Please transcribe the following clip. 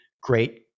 great